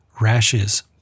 rashes